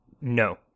No